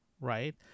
right